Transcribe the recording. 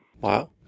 Wow